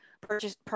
purchase